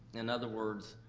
in other words,